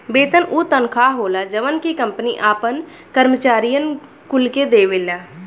वेतन उ तनखा होला जवन की कंपनी आपन करम्चारिअन कुल के देवेले